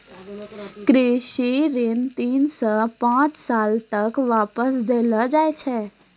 कृषि ऋण तीन सॅ पांच साल तक वास्तॅ देलो जाय छै